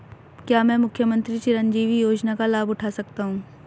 क्या मैं मुख्यमंत्री चिरंजीवी योजना का लाभ उठा सकता हूं?